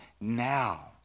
now